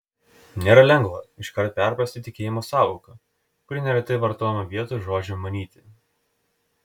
nėra lengva iškart perprasti tikėjimo sąvoką kuri neretai vartojama vietoj žodžio manyti